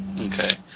Okay